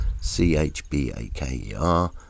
C-H-B-A-K-E-R